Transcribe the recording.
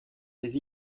les